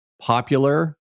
Popular